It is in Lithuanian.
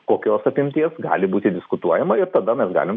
kokios apimties gali būti diskutuojama ir tada mes galim